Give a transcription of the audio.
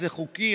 זה חוקי,